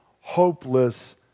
hopeless